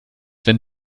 wenn